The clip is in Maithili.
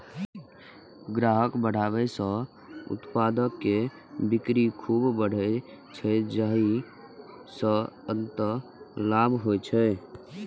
ग्राहक बढ़ेला सं उत्पाद के बिक्री खूब बढ़ै छै, जाहि सं अंततः लाभ होइ छै